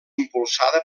impulsada